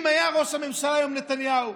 אם ראש הממשלה היום היה נתניהו,